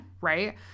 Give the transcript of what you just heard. Right